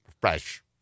fresh